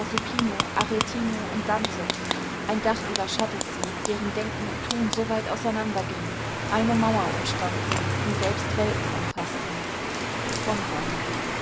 aretino und dante ein dach überschattet sie deren denken und tun so weit auseinanderging eine mauer umspannt sie die selbst welten umfaßten frommsein